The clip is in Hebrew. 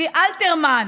בלי אלתרמן,